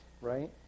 right